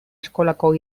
eskolako